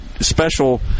special